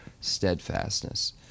steadfastness